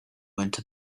into